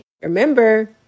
Remember